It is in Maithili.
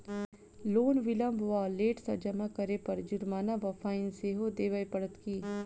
लोन विलंब वा लेट सँ जमा करै पर जुर्माना वा फाइन सेहो देबै पड़त की?